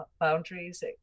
boundaries